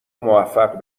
موفق